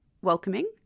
welcoming